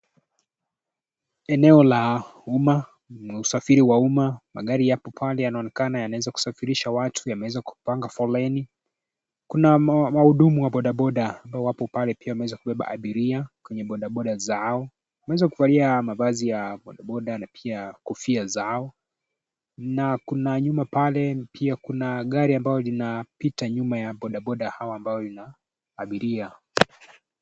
Eneo la uma. Kuna usafiri wa uma magari yapo pale yanaonekana yanaweza kusafirisha watu. Yameweza kupanga foleni. Kuna mahudumu wa boda boda amabo wapo pale pia wameweza kubeba abiria kwenye boda boda zao. Wameweza kuvalia mavazi ya boda boda na pia kofia zao, na kuna nyuma pale pia kuna gari ambalo linapita nyuma ya boda boda hao ambao lina abiria.